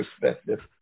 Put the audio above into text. perspective